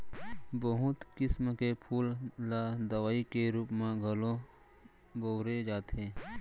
बहुत किसम के फूल ल दवई के रूप म घलौ बउरे जाथे